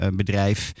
bedrijf